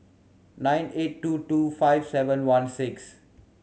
nine eight two two five seven one six